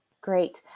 Great